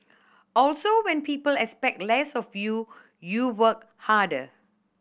also when people expect less of you you work harder